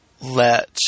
let